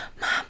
mom